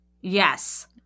Yes